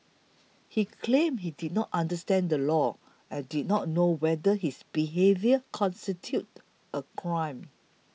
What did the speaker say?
he claimed he did not understand the law and did not know whether his behaviour constituted a crime